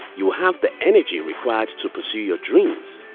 you'll have the energy requires to pursue your dreams.